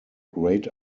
great